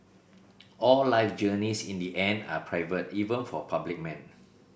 all life journeys in the end are private even for public men